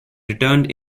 returned